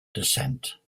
descent